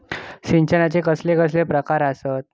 सिंचनाचे कसले कसले प्रकार आसत?